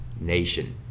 nation